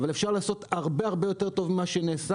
אבל אפשר לעשות הרבה הרבה יותר טוב ממה שנעשה.